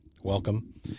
Welcome